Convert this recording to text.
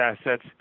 assets